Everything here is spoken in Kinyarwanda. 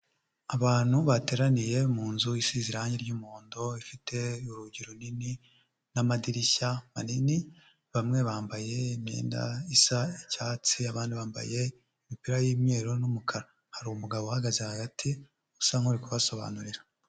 Abantu bateraniye mu nzu isize irangi ry'umuhondo ifite urugi runini, n'amadirishya manini. Bamwe bambaye imyenda isa icyatsi, abandi bambaye imipira y'umweru n'umukara. Hari umugabo uhagaze hagati usa nkuri kusobanurira.